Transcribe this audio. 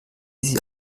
sie